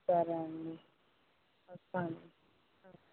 సరే అండి వస్తాను వస్తాను